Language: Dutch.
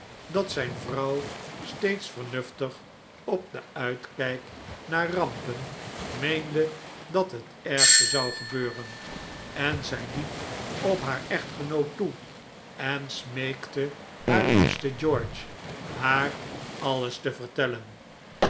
dat zijn vrouw steeds vernuftig op den uitkijk naar rampen meende dat het ergste zou gebeuren en zij liep op haar echtgenoot toe en smeekte haar liefsten george haar alles te vertellen